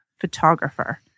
photographer